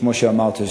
כמו שאמרת,